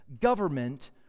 government